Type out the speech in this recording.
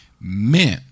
meant